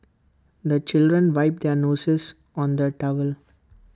the children wipe their noses on the towel